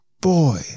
boy